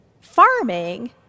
Farming